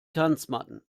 tanzmatten